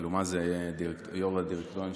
אלומה זה יו"ר הדירקטוריון,